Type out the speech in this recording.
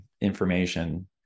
information